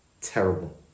terrible